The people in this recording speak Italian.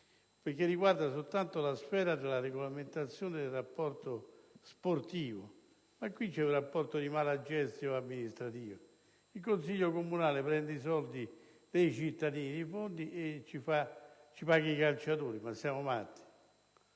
essa riguarda soltanto la sfera della regolamentazione del rapporto sportivo. In questo caso, c'è una *mala gestio* amministrativa: il Consiglio comunale prende i soldi dei cittadini di Fondi e ci paga i calciatori. Ma siamo matti?